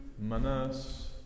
Manas